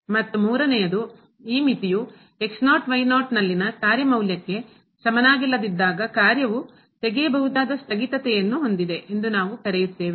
ಮತ್ತು ಮೂರನೆಯದು ಈ ಮಿತಿಯು ನಲ್ಲಿನ ಕಾರ್ಯ ಮೌಲ್ಯಕ್ಕೆ ಸಮನಾಗಿಲ್ಲದಿದ್ದಾಗ ಕಾರ್ಯವು ತೆಗೆಯಬಹುದಾದ ಸ್ಥಗಿತತೆಯನ್ನು ಹೊಂದಿದೆ ಎಂದು ನಾವು ಕರೆಯುತ್ತೇವೆ